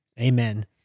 Amen